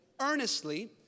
earnestly